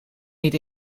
niet